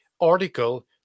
article